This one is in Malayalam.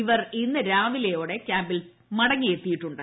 ഇവർ ഇന്ന് രാവിലെയോടെ ക്യാമ്പിലേക്ക് മടങ്ങിയെത്തിയിട്ടുണ്ട്